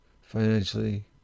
financially